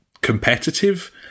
competitive